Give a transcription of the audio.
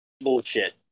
Bullshit